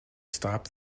stop